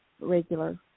regular